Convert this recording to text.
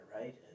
right